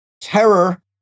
terror